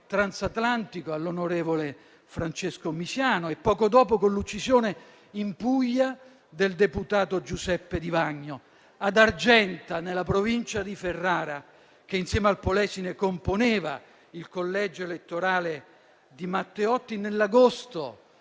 Transatlantico all'onorevole Francesco Misiano e, poco dopo, con l'uccisione in Puglia del deputato Giuseppe Di Vagno. Ad Argenta, nella provincia di Ferrara, che insieme al Polesine componeva il collegio elettorale di Matteotti, nell'agosto